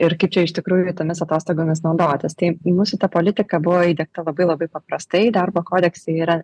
ir kaip čia iš tikrųjų tomis atostogomis naudotis tai mūsų ta politika buvo įdiegta labai labai paprastai darbo kodekse yra